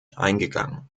eingegangen